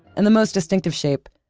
and the most distinctive shape,